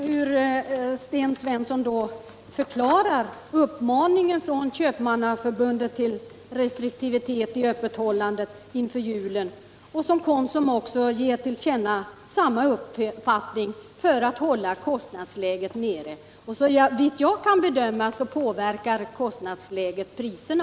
Herr talman! Jag vill bara veta hur Sten Svensson förklarar uppmaningen från Köpmannaförbundet till restriktivitet i öppethållandet inför julen — även Konsum ger till känna samma uppfattning — för att hålla kostnadsläget nere. Såvitt jag kan bedöma påverkar kostnadsläget priserna.